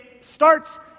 starts